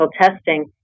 testing